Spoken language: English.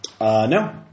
No